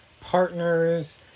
partners